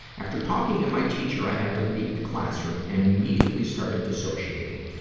after talking to my teacher, i had to leave the classroom and immediately started dissociating.